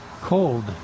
cold